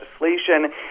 legislation